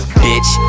bitch